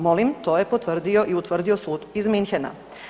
Molim, to je potvrdio i utvrdio sud iz Munchena.